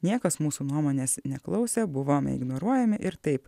niekas mūsų nuomonės neklausė buvom ignoruojami ir taip